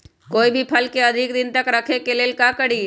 कोई भी फल के अधिक दिन तक रखे के ले ल का करी?